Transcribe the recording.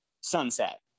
sunset